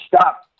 stop